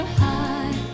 high